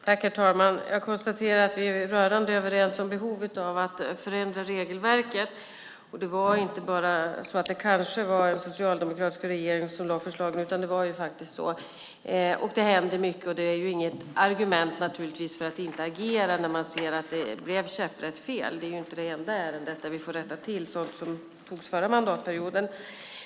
Herr talman! Jag konstaterar att vi är rörande överens om behovet av att förändra regelverket. Det var inte bara så att det kanske var en socialdemokratisk regering som lade fram förslaget, utan det var faktiskt så. Det händer mycket. Det är naturligtvis inget argument för att inte agera när man ser att det blev käpprätt fel. Det är ju inte det enda ärendet där vi får rätta till sådant som antogs förra mandatperioden.